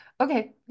okay